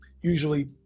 Usually